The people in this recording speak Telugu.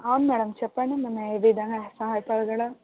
అవును మేడం చెప్పండి మేము ఏ విధంగా సహాయ పడగలం